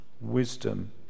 wisdom